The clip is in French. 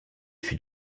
fut